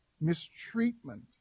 mistreatment